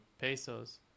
pesos